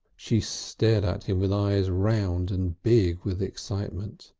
she stared at him with eyes round and big with excitement.